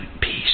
peace